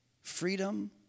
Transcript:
freedom